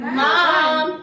mom